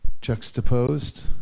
juxtaposed